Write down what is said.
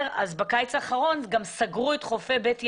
אז בקיץ האחרון גם סגרו את חופי בית ינאי,